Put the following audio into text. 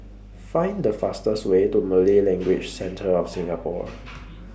Find The fastest Way to Malay Language Centre of Singapore